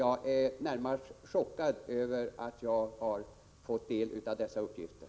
Jag är närmast chockad över att jag har fått del av dessa uppgifter.